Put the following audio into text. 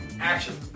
action